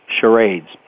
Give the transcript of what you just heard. Charades